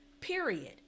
period